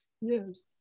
Yes